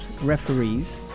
referees